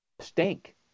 stink